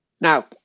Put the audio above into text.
Now